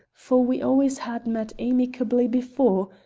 for we always had met amicably before,